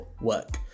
work